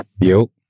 Yo